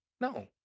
No